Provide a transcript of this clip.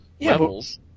levels